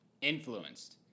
influenced